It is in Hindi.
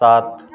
सात